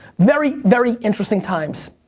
very, very interesting times.